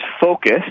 focus